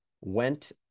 went